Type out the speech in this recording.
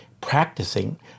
practicing